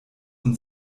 und